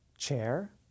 Chair